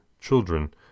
children